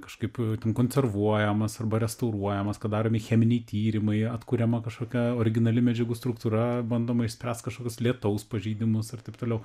kažkaip ten konservuojamas arba restauruojamas kad daromi cheminiai tyrimai atkuriama kažkokia originali medžiagų struktūra bandoma išspręst kažkokius lietaus pažeidimus ir taip toliau